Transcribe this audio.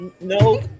No